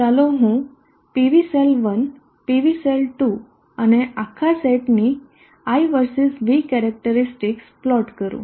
ચાલો હું PV cell 1 PV cell 2 અને આખા સેટની I versus V characteristics plot કરું